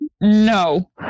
no